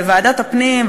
בוועדת הפנים,